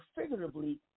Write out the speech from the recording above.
figuratively